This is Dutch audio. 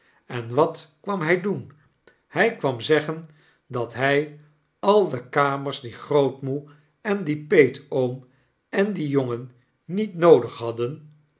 en wat kwam hy doen hy kwam zeggen dat hy al de kamers die grootmoe en die peetoom en die jongen niet noodig hadden